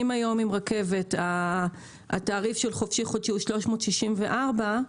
אם היום עם רכבת התעריף של חופשי-חודשי הוא 364 שקלים,